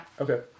Okay